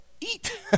eat